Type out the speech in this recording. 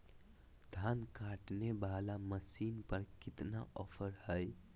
धान काटने वाला मसीन पर कितना ऑफर हाय?